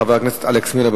חבר הכנסת אלכס מילר.